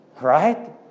Right